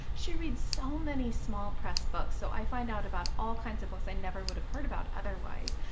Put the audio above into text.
she reads so many small press books. so i find out about all kinds of books i never would have heard about otherwise.